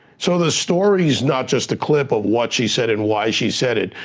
so the story's not just a clip of what she said and why she said it,